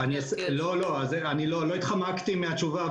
אני לא התחמקתי מהתשובה,